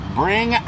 bring